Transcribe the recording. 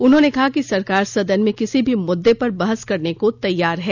उन्होंने कहा कि सरकार सदन में किसी भी मुददे पर बहस करने को तैयार है